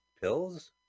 pills